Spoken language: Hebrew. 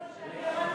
אתמול כשאני עמדתי,